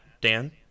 Dan